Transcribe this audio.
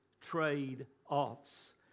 Trade-Offs